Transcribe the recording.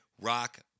Rock